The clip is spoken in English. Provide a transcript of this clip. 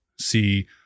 see